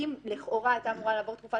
אם לכאורה הייתה אמורה לעבור תקופת